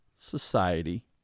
society